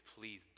please